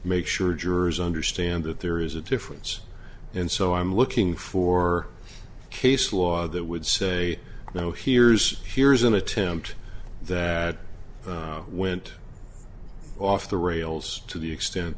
make sure jurors understand that there is a difference and so i'm looking for case law that would say you know here's here's an attempt that went off the rails to the extent